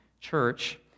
church